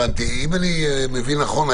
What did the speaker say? אם אני מבין נכון,